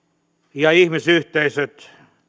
ja ihmisyhteisöt